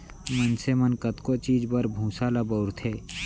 मनसे मन कतको चीज बर भूसा ल बउरथे